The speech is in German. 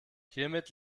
hiermit